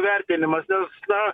vertinimas nes na